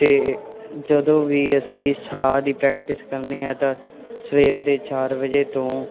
ਅਤੇ ਜਦੋਂ ਵੀ ਅਸੀਂ ਸਾਹ ਦੀ ਪ੍ਰੈਕਟਿਸ ਕਰਨੀ ਹੈ ਤਾਂ ਸਵੇਰ ਦੇ ਚਾਰ ਵਜੇ ਤੋਂ